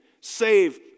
Save